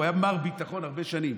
הוא היה מר ביטחון הרבה שנים.